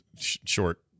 short